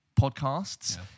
podcasts